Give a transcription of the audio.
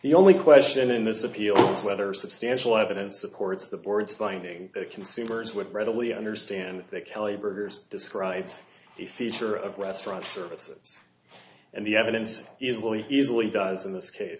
the only question in this appeal is whether substantial evidence supports the board's finding that consumers would readily understand that kelly burgers describes the feature of restaurant services and the evidence easily easily does in this case